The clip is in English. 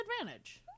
advantage